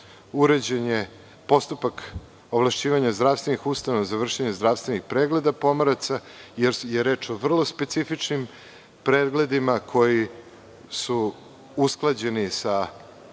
brodu, postupak ovlašćivanja zdravstvenih ustanova za vršenje zdravstvenih pregleda pomoraca, jer je reč o vrlo specifičnim pregledima koji su usklađeni sa